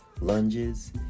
lunges